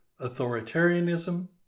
authoritarianism